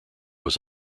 was